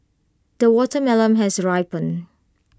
the watermelon has ripened